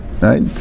right